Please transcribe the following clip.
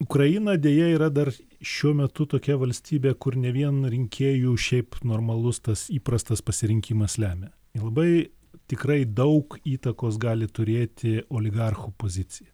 ukraina deja yra dar šiuo metu tokia valstybė kur ne vien rinkėjų šiaip normalus tas įprastas pasirinkimas lemia labai tikrai daug įtakos gali turėti oligarchų pozicija